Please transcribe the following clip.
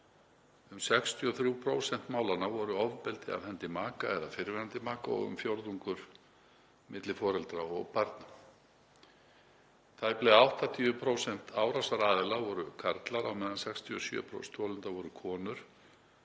Um 63% málanna voru ofbeldi af hendi maka eða fyrrverandi maka og um fjórðungur milli foreldra og barna. Tæplega 80% árásaraðila voru karlar á meðan 67% þolenda voru konur.